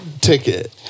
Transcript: ticket